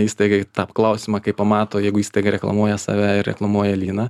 įstaigai tą klausimą kai pamato jeigu įstaiga reklamuoja save reklamuoja lyną